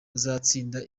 uzatsinda